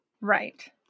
Right